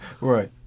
Right